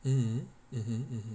mm mmhmm mmhmm